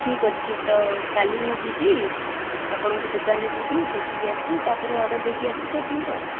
ଠିକ୍ ଅଛି ତ କାଲି ମୁଁ ଯିବି ଆପଣଙ୍କୁ ଦୋକାନ ରେ ଯିବି ଦେଖିକି ଆସିବି ତାପରେ ଅର୍ଡ଼ର୍ ଦେଇକି ଆସିବି ଆପଣଙ୍କୁ ଆଉ